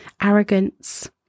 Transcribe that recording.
arrogance